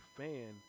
fan